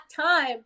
time